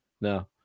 no